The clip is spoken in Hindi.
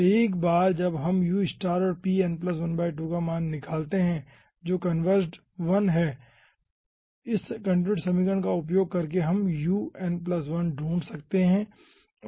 तो एक बार जब हम u और pn ½ का मान निकालते है जो कन्वेर्जड 1 है इस कंटीन्यूटी समीकरण का उपयोग करके हम un1 ढूंढ सकते है